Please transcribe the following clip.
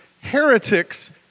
heretics